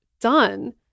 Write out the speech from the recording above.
done